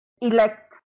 elect